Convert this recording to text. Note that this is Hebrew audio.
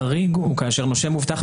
החריג הוא כאשר נושה מובטח,